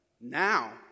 Now